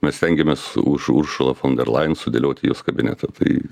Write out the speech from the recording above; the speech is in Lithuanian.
mes stengiamės už uršulą fon der lajen sudėlioti jos kabinetą tai